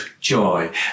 joy